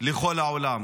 לכל העולם.